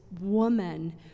woman